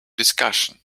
discussion